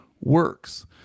works